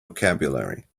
vocabulary